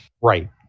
Right